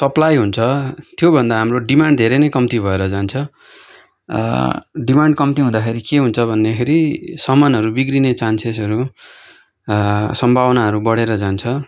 supply हुन्छ त्योभन्दा हाम्रो डिमान्ड धेरै नै कम्ती भएर जान्छ डिमान्ड कम्ती हुँदाखेरि के हुन्छ भन्दाखेरि समानहरू बिग्रिने चान्सेसहरू सम्भावनाहरू बडेर जान्छ